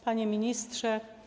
Panie Ministrze!